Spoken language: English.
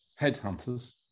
headhunters